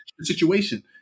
situation